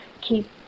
keep